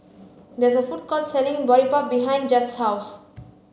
there is a food court selling Boribap behind Judge's house